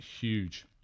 huge